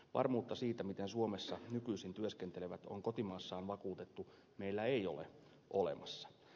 varmuutta siitä miten suomessa nykyisin työskentelevät on kotimaassaan vakuutettu meillä ei ole olemassa